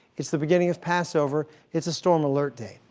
it's the beginning of passover. it's a storm alert day.